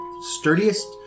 sturdiest